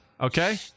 Okay